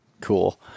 Cool